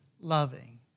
loving